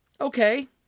okay